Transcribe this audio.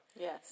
Yes